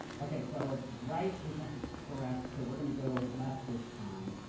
okay, so ah right isn't correct, so we're gonna go left this time.